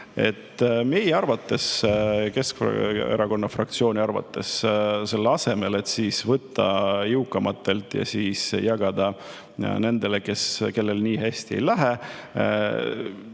Meie arvates, Keskerakonna fraktsiooni arvates selle asemel, et võtta jõukamatelt ja jagada nendele, kellel nii hästi ei lähe